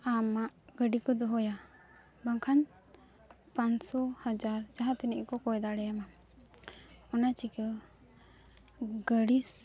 ᱟᱢᱟᱜ ᱜᱟᱹᱰᱤ ᱠᱚ ᱫᱚᱦᱚᱭᱟ ᱵᱟᱝᱠᱷᱟᱱ ᱯᱟᱱᱥᱚ ᱦᱟᱡᱟᱨ ᱡᱟᱦᱟᱸ ᱛᱤᱱᱟᱹ ᱜᱮᱠᱚ ᱠᱚᱭ ᱫᱟᱲᱮᱭᱟᱢᱟ ᱚᱱᱟ ᱪᱤᱠᱟᱹ ᱜᱟᱹᱲᱤ